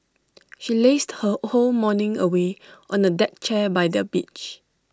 she lazed her whole morning away on A deck chair by the beach